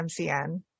MCN